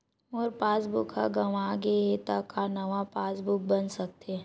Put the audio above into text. मोर passbook ह गंवा गे हे त का नवा पास बुक बन सकथे?